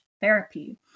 therapy